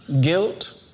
guilt